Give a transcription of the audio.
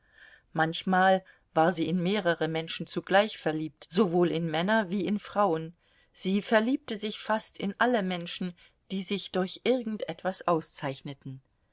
manchmal war sie in mehrere menschen zugleich verliebt sowohl in männer wie in frauen sie verliebte sich fast in alle menschen die sich durch irgend etwas auszeichneten